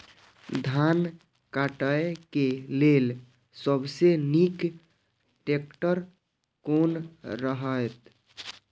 धान काटय के लेल सबसे नीक ट्रैक्टर कोन रहैत?